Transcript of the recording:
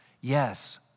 Yes